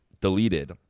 deleted